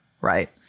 right